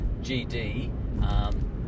GD